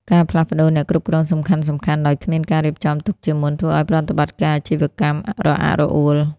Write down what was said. ការផ្លាស់ប្តូរអ្នកគ្រប់គ្រងសំខាន់ៗដោយគ្មានការរៀបចំទុកជាមុន ធ្វើឱ្យប្រតិបត្តិការអាជីវកម្មរអាក់រអួល។